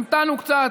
המתנו קצת,